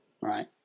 Right